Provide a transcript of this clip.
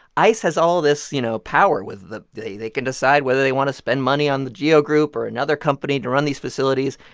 ice has all this, you know, power with they they can decide whether they want to spend money on the geo group or another company to run these facilities.